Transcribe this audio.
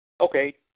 Okay